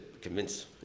convince